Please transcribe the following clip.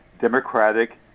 democratic